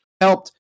helped